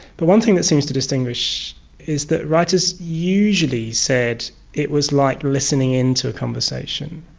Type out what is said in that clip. but one thing that seems to distinguish is that writers usually said it was like listening in to a conversation.